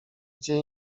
gdzie